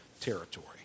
territory